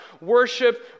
worship